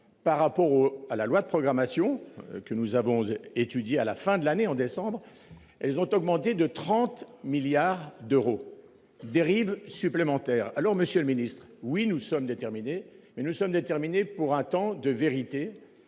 par rapport à la loi de programmation que nous avons étudié à la fin de l'année en décembre. Elles ont augmenté de 30 milliards d'euros. Dérive supplémentaire. Alors Monsieur le Ministre, oui nous sommes déterminés et nous sommes déterminés pour un temps de vérité